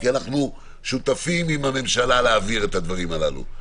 כי אנחנו שותפים עם הממשלה להעביר את הדברים הללו,